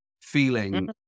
feeling